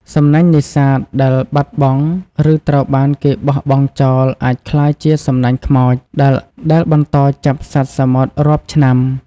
សំណាញ់នេសាទដែលបាត់បង់ ឬត្រូវបានគេបោះបង់ចោលអាចក្លាយជា សំណាញ់ខ្មោច ដែលបន្តចាប់សត្វសមុទ្ររាប់ឆ្នាំ។